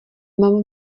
mám